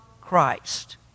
Christ